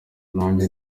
nanjye